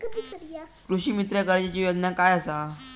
कृषीमित्र कर्जाची योजना काय असा?